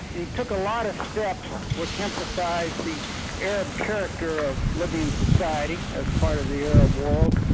and he took a lot of steps which emphasised the arab character of libyan society as part of the arab world.